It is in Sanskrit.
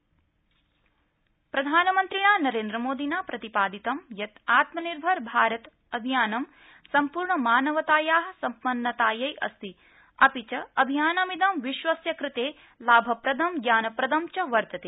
प्रधानमन्त्री भगवदगीता प्रधानमन्त्रिणा नरेन्द्रमोदिना प्रतिपादितम् यत् आत्मनिर्भर भारत अभियानं सम्पूर्ण मानवताया सम्पन्नतायै अस्ति अपि च अभियानमिदं विश्वस्य कृते लाभप्रदं वर्तते